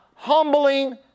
humbling